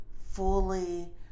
fully